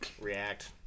react